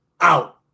out